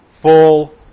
full